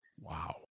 Wow